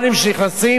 בכל שעה.